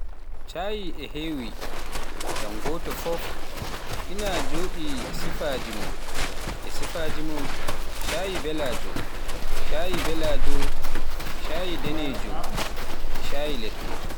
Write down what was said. Caay e heewi, heen gooto fof ina jogii sifaaji mum e sifaaji mum, Caay ɓaleejo, Caay ɓaleejo, Caay daneejo, Caay leɗɗe